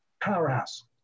powerhouse